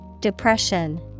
Depression